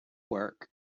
work